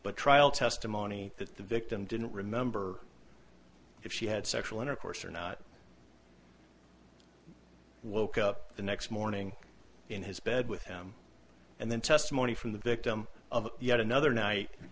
but trial testimony that the victim didn't remember if she had sexual intercourse or not woke up the next morning in his bed with him and then testimony from the victim of yet another night